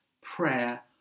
prayer